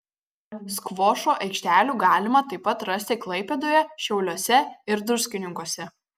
skvošo aikštelių galima taip pat rasti klaipėdoje šiauliuose ir druskininkuose